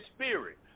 spirit